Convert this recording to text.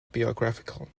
biographical